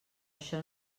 això